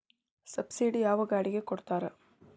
Subsidy ಯಾವ ಗಾಡಿಗೆ ಕೊಡ್ತಾರ?